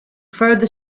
further